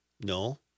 No